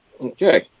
Okay